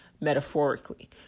metaphorically